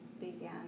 began